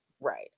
right